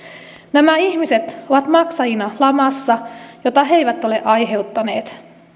nämä ihmiset ovat maksajina lamassa jota he he eivät ole aiheuttaneet